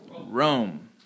Rome